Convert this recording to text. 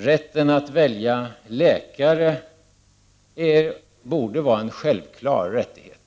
Rätten att välja läkare borde vara en självklar rättighet.